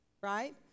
right